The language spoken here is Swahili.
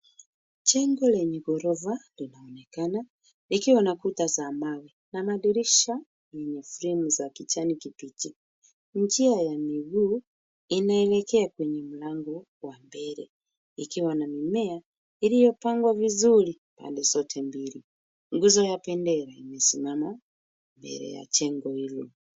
Jengo lenye ghorofa linaonekana likiwa na kuta za mawe na madirisha yenye fremu za kijani kibichi. Njia ya miguu inaelekea kwenye mlango wa mbele ikiwa na mimea iliyopangwa vizuri pande zote mbili. Nguzo ya bendera imesimama mbele ya jengo hilo.